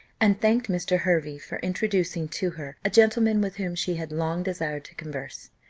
and thanked mr. hervey for introducing to her a gentleman with whom she had long desired to converse.